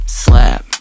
slap